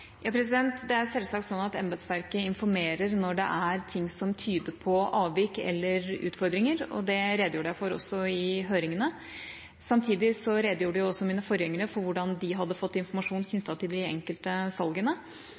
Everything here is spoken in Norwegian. Det er selvsagt slik at embetsverket informerer når det er ting som tyder på avvik eller utfordringer, og det redegjorde jeg for også i høringene. Samtidig redegjorde også mine forgjengere for hvordan de hadde fått informasjon knyttet til de enkelte salgene,